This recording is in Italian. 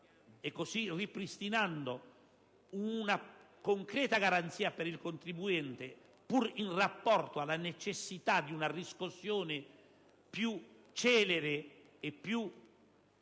e così ripristinando una concreta garanzia per il contribuente, pur in rapporto alla necessità di una riscossione più celere e più efficace.